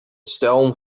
stellen